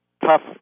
tough